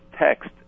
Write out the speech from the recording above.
text